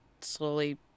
slowly